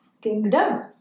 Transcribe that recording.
kingdom